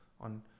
on